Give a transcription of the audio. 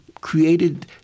created